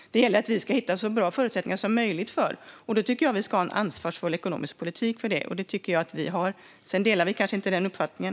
Vi ska hitta så bra förutsättningar som möjligt för dessa personer. Vi ska ha en ansvarsfull ekonomisk politik för det, och det tycker jag att vi har. Sedan delar vi kanske inte den uppfattningen.